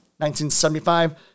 1975